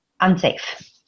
unsafe